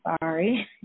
sorry